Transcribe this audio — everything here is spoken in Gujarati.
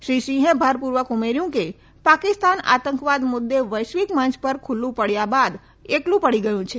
શ્રી સિંહે ભારપુર્વક ઉમેર્યુ કે પાકિસ્તાન આતંકવાદ મુદ્દે વૈશ્વિક મંચ પર ખુલ્લુ પડયા બાદ એકલુ પડી ગયું છે